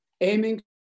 aiming